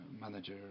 manager